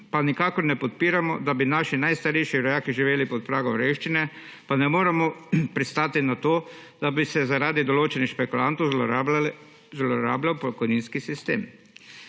da nikakor ne podpiramo, da bi naši najstarejši rojaki živeli pod pragom revščine, pa ne moremo pristati na to, da bi se zaradi določenih špekulantov zlorabljal pokojninski sistem.